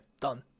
Done